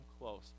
close